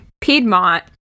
Piedmont